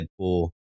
Deadpool